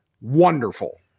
wonderful